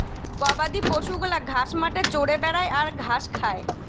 গবাদি পশু গুলা ঘাস মাঠে চরে বেড়ায় আর ঘাস খায়